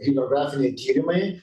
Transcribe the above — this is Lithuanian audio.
hidrografiniai tyrimai